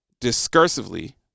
discursively